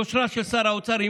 יושרה של שר האוצר,